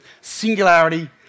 singularity